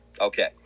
Okay